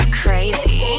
crazy